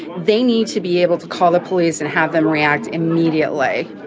they need to be able to call the police and have them react immediately.